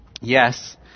Yes